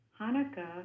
Hanukkah